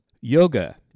Yoga